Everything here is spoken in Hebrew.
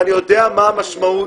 ואני יודע מה המשמעות,